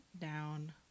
down